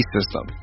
System